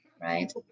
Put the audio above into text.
right